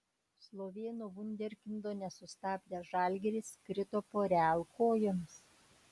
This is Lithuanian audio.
slovėnų vunderkindo nesustabdęs žalgiris krito po real kojomis